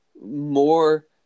more